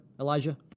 Elijah